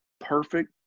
perfect